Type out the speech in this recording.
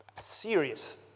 serious